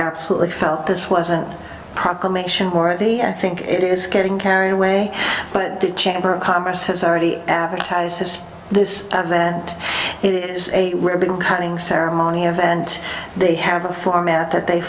absolutely felt this wasn't proclamation worthy and i think it is getting carried away but the chamber of commerce has already advertises this of that it is a ribbon cutting ceremony of and they have a format that they